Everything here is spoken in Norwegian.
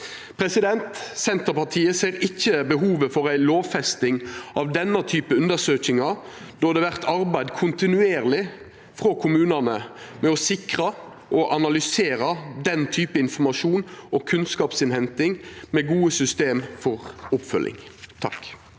tenestene. Senterpartiet ser ikkje behovet for ei lovfesting av denne type undersøkingar når det vert arbeidd kontinuerleg frå kommunane med å sikra og analysera den typen informasjon og kunnskapsinnhenting, med gode system for oppfølging. Tove